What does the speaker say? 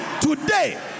today